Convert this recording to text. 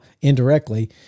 indirectly